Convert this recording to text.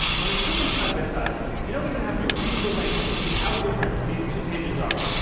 when you put them side-by-side, you don't even have to read the links to see how different these two pages are.